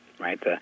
Right